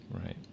right